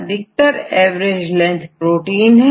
protein की average length 315 होती है